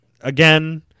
again